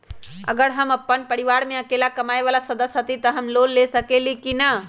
अगर हम अपन परिवार में अकेला कमाये वाला सदस्य हती त हम लोन ले सकेली की न?